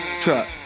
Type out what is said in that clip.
truck